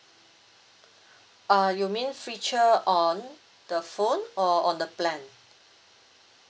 uh you mean feature on the phone or on the plan